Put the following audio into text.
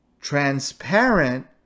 transparent